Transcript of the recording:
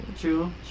true